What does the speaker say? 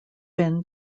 van